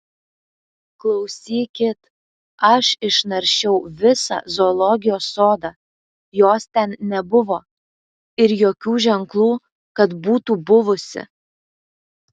klausykit aš išnaršiau visą zoologijos sodą jos ten nebuvo ir jokių ženklų kad būtų buvusi